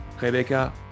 Rebecca